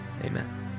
Amen